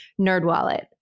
NerdWallet